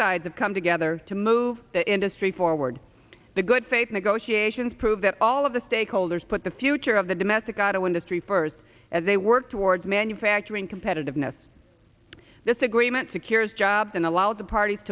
sides of come together to move the industry forward the good faith negotiations prove that all of the stakeholders put the future of the domestic auto industry first as they work towards manufacturing competitiveness this agreement secures jobs and allow the parties